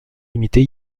imiter